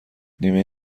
نیمه